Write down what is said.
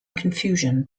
confusion